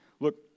Look